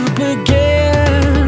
begin